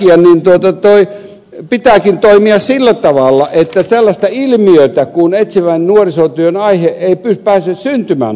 sen takia pitääkin toimia sillä tavalla että sellaista ilmiötä kuin etsivän nuorisotyön aihe ei pääse syntymään ollenkaan